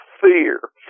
fear